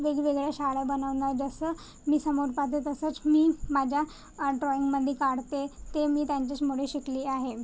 वेगवेगळ्या शाळा बनवणं जसं मी समोर पाहते तसंच मी माझ्या ड्रॉईंगमध्ये काढते ते मी त्यांच्याचमुळे शिकली आहे